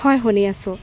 হয় শুনি আছোঁ